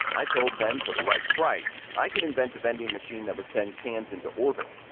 i told them for the right price, i could invent a vending machine that would send cans into orbit.